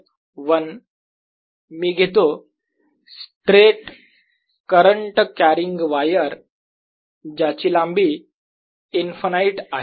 tmomentum or qAdimension of momentum example 1 मी घेतो straight current carrying wire ज्याची लांबी इन्फनाईट आहे